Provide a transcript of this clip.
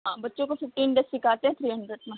हाँ बच्चों को फिफ्टीन डेज सिखाते हैं थ्री हंड्रेड में